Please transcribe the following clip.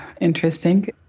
interesting